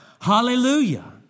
hallelujah